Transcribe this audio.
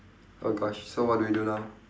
oh gosh so what do we do now